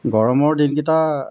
গৰমৰ দিনকেইটা